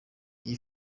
iyi